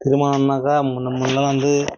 திருமணம்னாக்கா முன்னே முன்னெலாம் வந்து